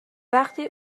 وقتی